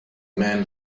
man